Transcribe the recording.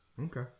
Okay